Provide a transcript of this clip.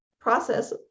process